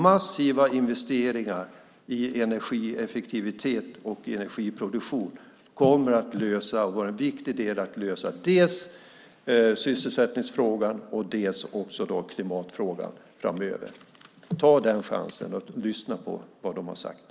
Massiva investeringar i energieffektivitet och energiproduktion kommer att vara en viktig del i att lösa dels sysselsättningsfrågan, dels klimatfrågan framöver. Ta chansen att lyssna på vad de har sagt!